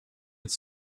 het